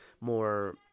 more